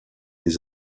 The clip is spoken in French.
les